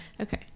Okay